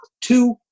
two